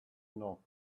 know